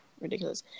ridiculous